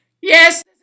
yes